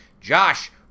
Josh